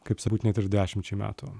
kaip net ir dešimčiai metų